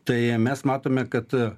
tai mes matome kad